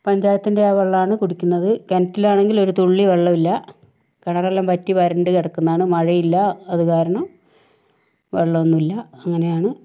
പഞ്ചായത്തിന്റെ വെള്ളമാണ് കുടിക്കുന്നത് കിണറ്റിൽ ആണെങ്കിൽ ഒരു തുള്ളി വെള്ളം ഇല്ല കിണറെല്ലാം വറ്റി വരണ്ട് കിടക്കുന്നാണ് മഴയില്ല അത് കാരണം വെള്ളം ഒന്നും ഇല്ല അങ്ങനെയാണ്